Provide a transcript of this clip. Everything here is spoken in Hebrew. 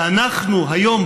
ואנחנו היום,